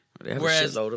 Whereas